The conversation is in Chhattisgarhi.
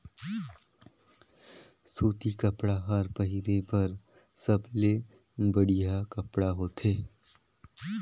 सूती कपड़ा हर पहिरे बर सबले बड़िहा कपड़ा होथे